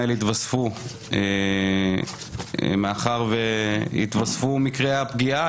ההורים האלה התווספו מאחר שהתווספו מקרי הפגיעה,